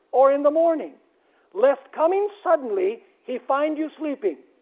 or in the morning lest coming suddenly, he find you sleeping.